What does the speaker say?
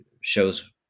shows